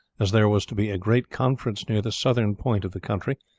as there was to be a great conference near the southern point of the country,